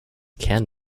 can